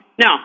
No